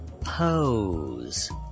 Pose